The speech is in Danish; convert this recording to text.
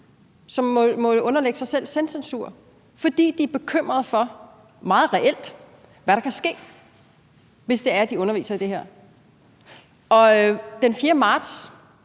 og må underlægge sig selvcensur, fordi de er bekymrede for, meget reelt, hvad der kan ske, hvis det er, de underviser i det her. Den 4. marts